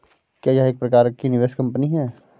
क्या यह एक प्रकार की निवेश कंपनी है?